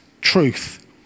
truth